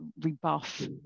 rebuff